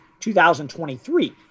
2023